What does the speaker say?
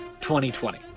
2020